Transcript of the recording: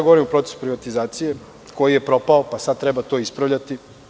Govorim o procesu privatizacije koji je propao, pa sada treba to ispravljati.